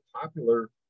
popular